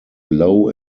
low